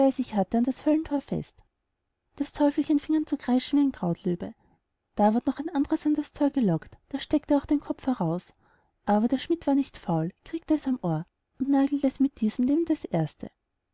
sich hatte an das höllenthor fest das teufelchen fing an zu kreischen wie ein krautlöwe da ward noch ein anderes an das thor gelockt das steckte auch den kopf heraus aber der schmid war nicht faul kriegte es am ohr und nagelte es mit diesem neben das erste